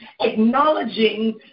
Acknowledging